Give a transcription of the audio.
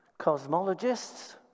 Cosmologists